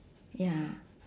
ya